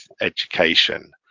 education